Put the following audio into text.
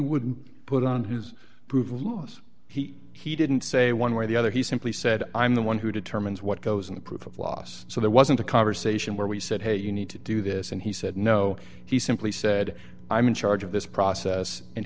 would put on his proof of loss he he didn't say one way or the other he simply said i'm the one who determines what goes on the proof of loss so there wasn't a conversation where we said hey you need to do this and he said no he simply said i'm in charge of this process and